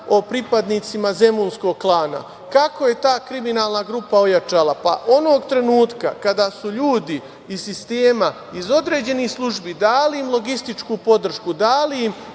o pripadnicima „zemunskog klana“. Kako je ta kriminalna grupa ojačala? Onog trenutka kada su ljudi iz sistema, iz određenih službi dali logističku podršku, dali im